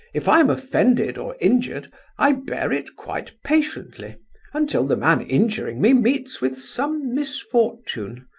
if i am offended or injured i bear it quite patiently until the man injuring me meets with some misfortune.